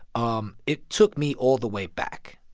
um it took me all the way back.